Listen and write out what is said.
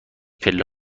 پله